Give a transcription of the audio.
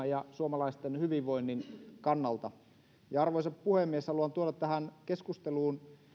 ja suomalaisten hyvinvoinnin kannalta arvoisa puhemies haluan tuoda tähän keskusteluun